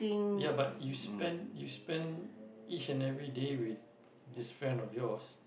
ya but you spend you spend each and everyday with this friend of yours